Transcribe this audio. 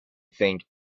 think